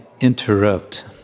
interrupt